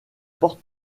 porte